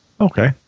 Okay